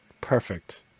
Perfect